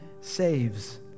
saves